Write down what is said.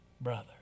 brother